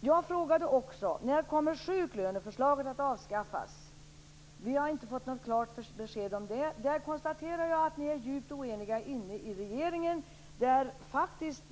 Jag frågade också: När kommer sjuklöneförslaget att avskaffas? Vi har inte fått något klart besked om det. Jag konstaterar att ni är djupt oeniga i regeringen om detta.